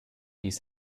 ließ